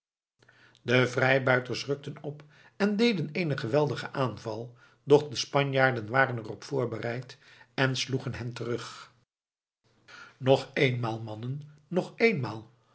de vrijbuiters rukten op en deden eenen geweldigen aanval doch de spanjaarden waren er op voorbereid en sloegen hen terug nog eenmaal mannen nog eenmaal